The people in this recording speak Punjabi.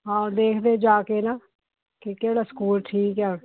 ਹਾਂ ਉਹ ਦੇਖਦੇ ਜਾ ਕੇ ਨਾ ਕੀ ਕਿਹੜਾ ਸਕੂਲ ਠੀਕ ਹੈ